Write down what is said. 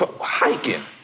hiking